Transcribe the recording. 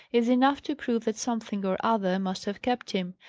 is enough to prove that something or other must have kept him.